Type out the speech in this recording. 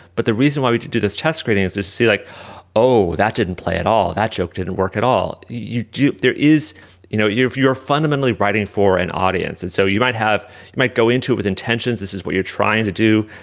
but the reason why we do this test screen answers see like oh that didn't play at all that joke didn't work at all. you do there is you know if you're fundamentally writing for an audience and so you might have might go into it with intentions this is what you're trying to do.